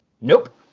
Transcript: Nope